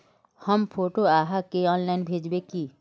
हम फोटो आहाँ के ऑनलाइन भेजबे की?